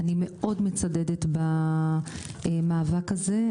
אני מצדדת מאוד במאבק הזה.